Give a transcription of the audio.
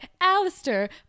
Alistair